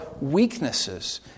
weaknesses